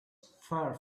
far